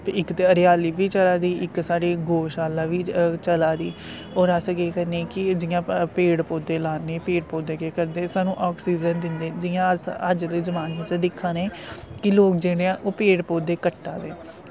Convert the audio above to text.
ते इक ते हरियाली बी चला दी इक साढ़ी गौ शाला बी चला दी और अस केह् करने कि जियां पोड़ पौधे लान्ने पेड़ पौधे केह् करदे साह्नू आक्सीजन दिंदे न जियां अस अज दे जमाने च दिक्खा ने के लोग जियां ओह् पेड़ पौधे कट्टा दे